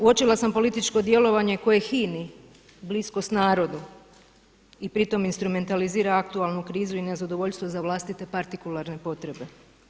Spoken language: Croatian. Uočila sam političko djelovanje koje hini bliskost narodu i pritom instrumentalizira aktualnu krizu i nezadovoljstvo za vlastite partikularne potrebe.